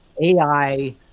AI